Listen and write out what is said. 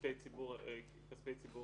ירשום במקומו,